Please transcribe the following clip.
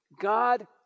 God